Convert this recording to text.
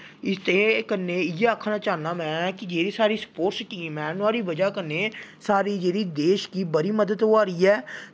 इस दे कन्नै इ'यै आक्खना चाह्ना मैं जेह्ड़ी साढ़ी स्पोर्टस टीम न नोहाड़ी बजह कन्नै साढ़े जेह्ड़ी देश गी बड़ी मदद होआ दी ऐ